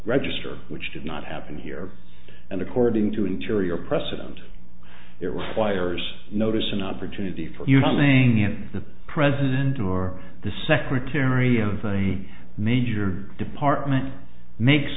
register which did not happen here and according to an cheerier precedent it requires notice an opportunity for you something in the president or the secretary of the major department makes